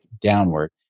downward